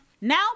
now